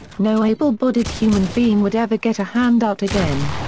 no able-bodied human being would ever get a handout again.